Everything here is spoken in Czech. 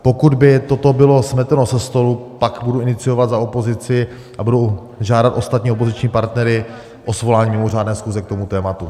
Pokud by to bylo smeteno ze stolu, pak budu iniciovat za opozici a budu žádat ostatní opoziční partnery o svolání mimořádné schůze k tomuto tématu.